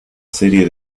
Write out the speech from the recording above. serie